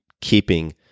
keeping